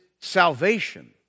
salvation